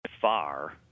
far